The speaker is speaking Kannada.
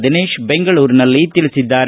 ದಿನೇಶ್ ಬೆಂಗಳೂರಿನಲ್ಲಿ ತಿಳಿಸಿದ್ದಾರೆ